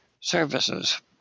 services